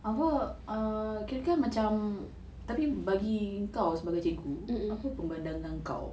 apa err kirakan malay>macam tapi bagi kau sebagai cikgu apa pandangan kau